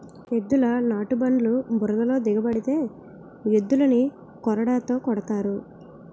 ఎద్దుల నాటుబల్లు బురదలో దిగబడితే ఎద్దులని కొరడాతో కొడతారు